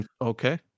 Okay